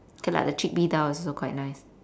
K lah the chickpea dhal is also quite nice